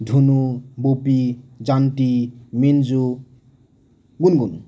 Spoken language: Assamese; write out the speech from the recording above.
ধুনু ববী জানটি মিনজু গুণগুণ